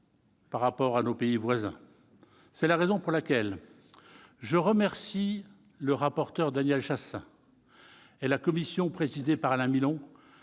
par rapport à nos voisins. C'est la raison pour laquelle je remercie le rapporteur, Daniel Chasseing, et la commission présidée par Alain Milon